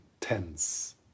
tense